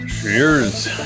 Cheers